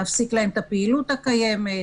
להפסיק להם את הפעילות הקיימת,